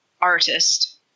artist